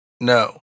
No